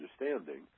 understanding